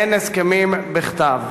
אין הסכמים בכתב.